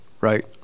Right